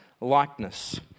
likeness